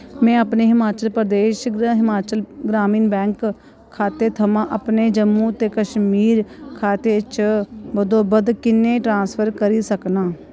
में अपने हिमाचल प्रदेश ग्रामीण बैंक खाते थमां अपने जम्मू ते कश्मीर खाते च बद्धोबद्ध किन्ने ट्रांसफर करी सकनां